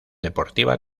deportiva